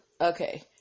okay